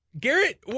Garrett